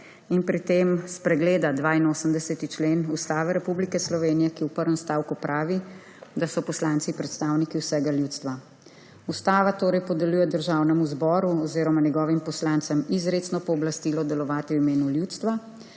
in pri tem spregleda 82. člen Ustave Republike Slovenije, ki v prvem stavku pravi, da so poslanci predstavniki vsega ljudstva. Ustava torej podeljuje Državnemu zboru oziroma njegovim poslancem izrecno pooblastilo delovati v imenu ljudstva.